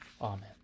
amen